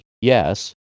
Yes